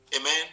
Amen